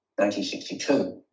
1962